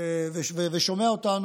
ושומע אותנו,